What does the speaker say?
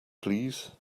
please